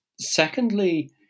Secondly